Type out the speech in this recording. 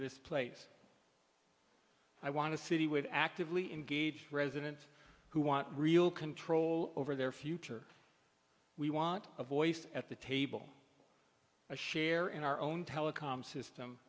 this place i want to see would actively engage resident who want real control over their future we want a voice at the table a share in our own telecom system